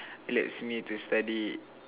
it lets me to study